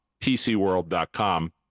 PCWorld.com